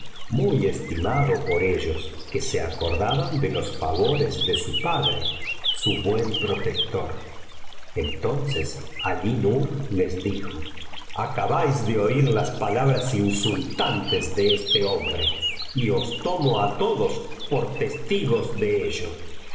muy estimado por ellos que se acordaban de los favores de su padre su tomo iii biblioteca valenciana generalitat valenciana las mil noches y una noceíe buen protector entonces aií nur les dijo acabáis de oir las palabras insultantes de este hombre y os tomo á todos por testigos de ello